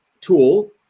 tool